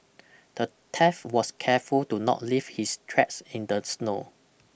the thief was careful to not leave his tracks in the snow